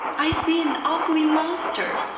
i see an ugly monster.